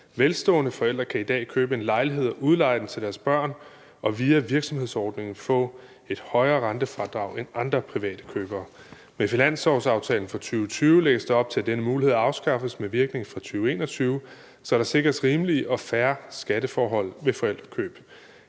Velstående forældre kan i dag købe en lejlighed og udleje den til deres børn og via virksomhedsordningen få et højere rentefradrag end andre private købere. Med finanslovsaftalen for 2020 lægges der op til, at denne mulighed afskaffes med virkning fra 2021, så der sikres rimelige og fair skatteforhold ved forældrekøb.